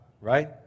right